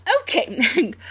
Okay